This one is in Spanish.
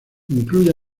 incluye